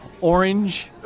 orange